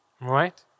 Right